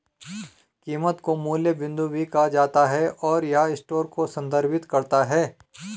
कीमत को मूल्य बिंदु भी कहा जाता है, और यह स्टोर को संदर्भित करता है